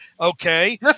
Okay